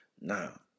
Now